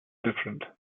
different